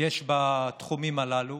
יש בתחומים הללו.